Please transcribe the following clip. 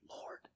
Lord